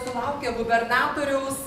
sulaukė gubernatoriaus